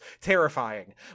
terrifying